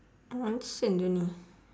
nonsense only